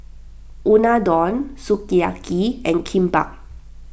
Unadon Sukiyaki and Kimbap